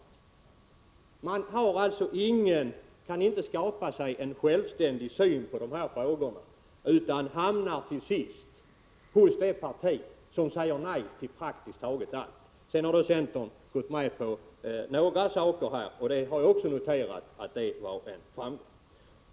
Centern kan alltså inte skaffa sig en självständig syn på dessa frågor utan hamnar till sist hos det parti som säger nej till praktiskt taget allt. Att centern sedan har gått med på några saker har jag också noterat, och det är en framgång.